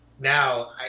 Now